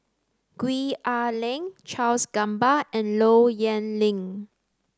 Gwee Ah Leng Charles Gamba and Low Yen Ling